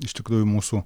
iš tikrųjų mūsų